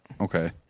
Okay